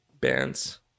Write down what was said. bands